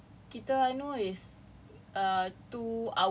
two and half cause the maximum kita anuh is